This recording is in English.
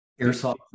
airsoft